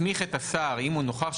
זה סעיף שמסמיך את השר אם הוא נוכח,